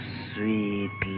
sweet